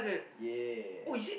ya